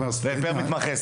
פר מתמחה?